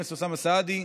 חבר הכנסת אוסאמה סעדי.